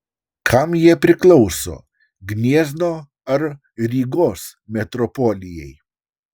kam jie priklauso gniezno ar rygos metropolijai